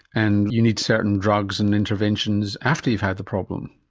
and you need certain drugs and interventions after you've had the problem.